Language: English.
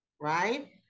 Right